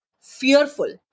fearful